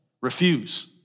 refuse